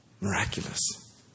Miraculous